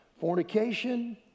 Fornication